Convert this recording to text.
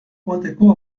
joateko